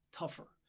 tougher